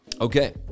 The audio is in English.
Okay